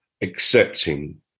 accepting